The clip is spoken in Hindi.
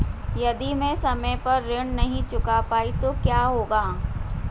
यदि मैं समय पर ऋण नहीं चुका पाई तो क्या होगा?